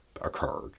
occurred